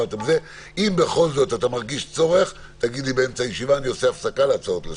אם בכל זאת תרגישו צורך תגידו לי באמצע הישיבה ואעשה הפסקה להצעות לסדר.